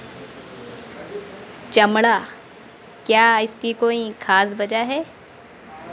चमड़ा क्या इसकी कोई खास वजह है